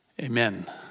Amen